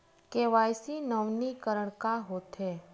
KYC नवीनीकरण का होथे?